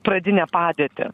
pradinę padėtį